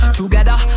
together